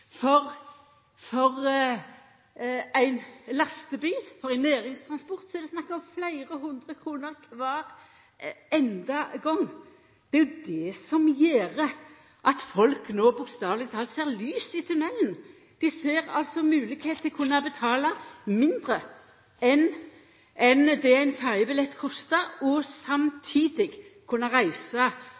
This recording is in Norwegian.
rabatt. For ein lastebil, for ein næringstransport, er det snakk om fleire hundre kroner kvar einaste gong. Det er det som gjer at folk no bokstaveleg talt ser lys i tunnelen. Dei ser moglegheit for å kunna betala mindre enn det ein ferjebillett kostar, og samtidig kunna reisa